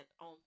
on